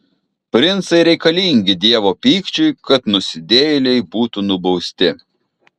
princai reikalingi dievo pykčiui kad nusidėjėliai būtų nubausti